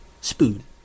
Spoon